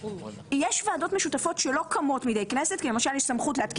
יש ועדות משותפות שלא קמות מדי כנסת כי למשל יש סמכות להתקין